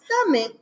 stomach